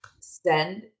send